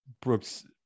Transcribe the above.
Brooks